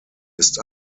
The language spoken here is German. ist